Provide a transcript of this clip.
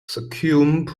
succumb